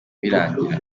birangira